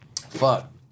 Fuck